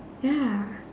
ya